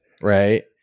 right